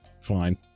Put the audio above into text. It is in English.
fine